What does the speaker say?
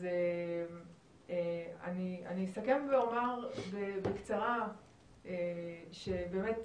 אז אני אסכם ואומר בקצרה שבאמת,